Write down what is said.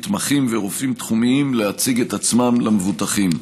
מתמחים ורופאים תחומיים להציג את עצמם למבוטחים.